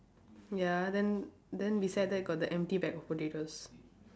ya then then beside that got the empty bag of potatoes